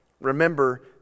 Remember